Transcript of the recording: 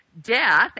death